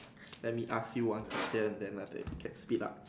let me ask you one question then I take get speed up